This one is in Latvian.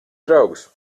draugus